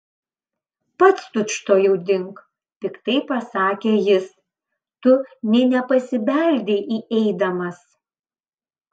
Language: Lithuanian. pats tučtuojau dink piktai pasakė jis tu nė nepasibeldei įeidamas